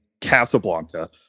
casablanca